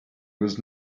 was